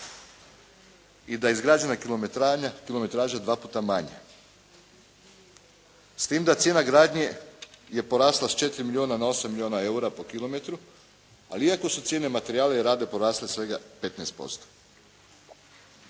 i da je izgrađena kilometraža dva puta manja. S tim da cijena gradnje je porasla sa 4 milijuna na 8 milijuna eura po kilometru, a iako su cijene materijala i rada porasle svega 15%.